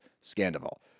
scandal